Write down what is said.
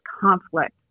conflict